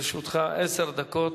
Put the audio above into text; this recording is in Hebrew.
לרשותך עשר דקות.